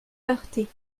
heurtées